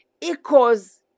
equals